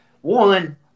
One